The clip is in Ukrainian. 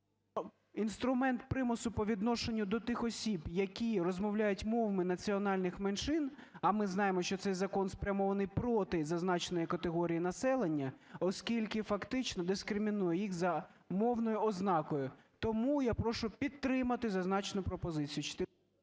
Інструмент примусу по відношенню до тих осіб, які розмовляють мовами національних меншин, а ми знаємо, що цей закон спрямований проти зазначеної категорії населення, оскільки фактично дискримінує їх за мовною ознакою. Тому я прошу підтримати зазначену пропозицію.